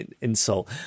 insult